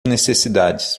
necessidades